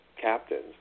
captains